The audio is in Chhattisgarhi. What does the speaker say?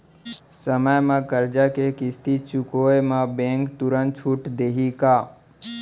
समय म करजा के किस्ती चुकोय म बैंक तुरंत छूट देहि का?